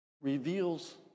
reveals